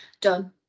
done